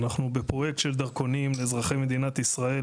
אנחנו פרויקט של דרכונים לאזרחי מדינת ישראל,